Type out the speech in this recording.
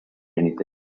anything